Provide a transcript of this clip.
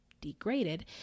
degraded